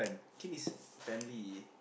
kid is family